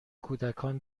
کودکان